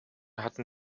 hatten